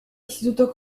istituto